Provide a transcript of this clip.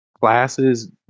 Classes